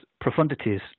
profundities